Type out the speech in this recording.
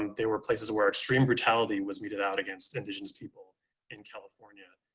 and they were places where extreme brutality was meted out against indigenous people in california,